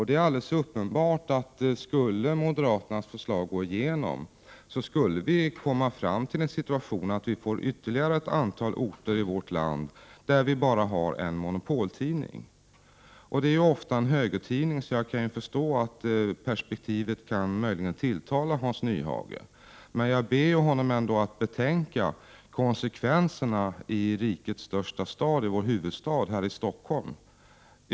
Det är alldeles uppenbart att vi om moderaternas förslag skulle gå igenom skulle få en situation, som innebär att ytterligare ett antal orter i vårt land skulle ha bara en monopoltidning, vilken ofta är en högertidning. Jag kan därför förstå att perspektivet möjligen kan tilltala Hans Nyhage. Men jag ber honom ändå att betänka vilka konsekvenser moderaternas politik skulle få i rikets största stad, i vår huvudstad Stockholm.